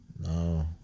No